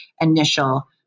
initial